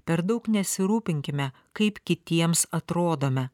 per daug nesirūpinkime kaip kitiems atrodome